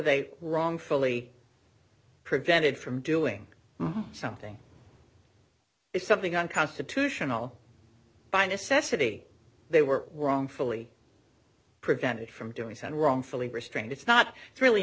they wrongfully prevented from doing something if something unconstitutional by necessity they were wrongfully prevented from doing so and wrongfully restrained it's not really